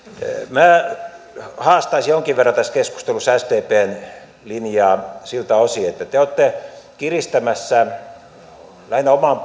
minä haastaisin jonkin verran tässä keskustelussa sdpn linjaa siltä osin että te te olette kiristämässä lähinnä oman